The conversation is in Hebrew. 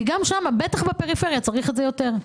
כי בפריפריה צריך את זה יותר.